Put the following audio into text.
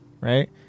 right